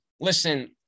listen